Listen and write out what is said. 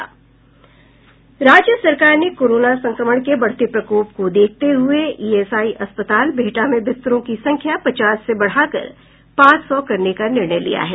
राज्य सरकार ने कोरोना संक्रमण के बढ़ते प्रकोप को देखते हुए ईएसआई अस्पताल बिहटा में बिस्तरों की संख्या पचास से बढ़ाकर पांच सौ करने का निर्णय लिया है